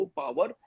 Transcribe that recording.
power